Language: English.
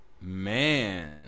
Man